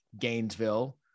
Gainesville